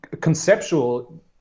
conceptual